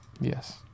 Yes